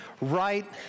right